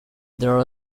there